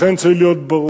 לכן, צריך להיות ברור.